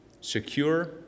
secure